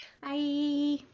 Bye